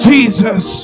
Jesus